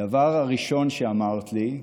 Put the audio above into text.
הדבר הראשון שאמרת לי,